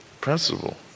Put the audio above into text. principle